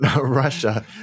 Russia